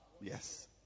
yes